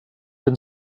been